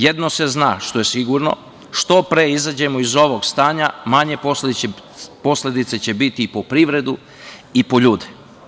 Jedno se zna, što je sigurno, što pre izađemo iz ovog stanja, manje posledice će biti po privredu i po ljude.